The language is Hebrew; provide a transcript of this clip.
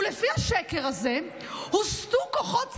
ולפי השקר הזה הוסטו כוחות צה"ל,